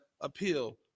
appeal